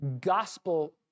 gospel